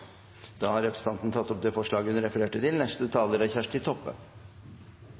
Da har representanten Hege Jensen tatt opp det forslaget hun